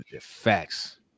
facts